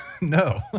no